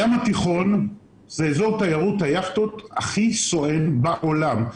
הים התיכון הוא אזור תיירות ליכטות הכי סואן בעולם.